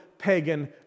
pagan